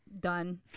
done